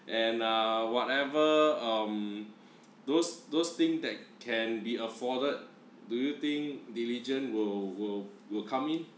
and uh whatever um those those thing that can be afforded do you think diligent will will will come in